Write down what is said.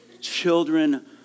children